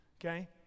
Okay